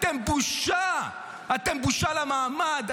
אתם בושה, אתם בושה למעמד.